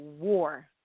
war